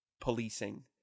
policing